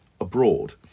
abroad